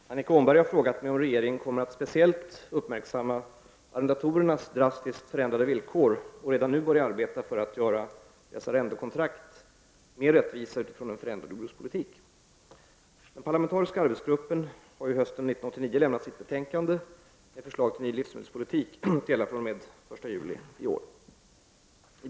Herr talman! Annika Åhnberg har frågat mig om regeringen kommer att speciellt uppmärksamma arrendatorernas drastiskt förändrade villkor och redan nu börja arbeta för att göra deras arrendekontrakt mer rättvisa utifrån en förändrad jordbrukspolitik. Den parlamentariska arbetsgruppen har hösten 1989 lämnat sitt betänkande med förslag till ny livsmedelspolitik att gälla från och med 1 juli 1990.